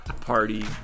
party